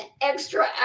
extra